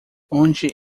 onde